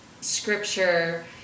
scripture